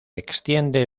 extiende